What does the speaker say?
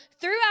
throughout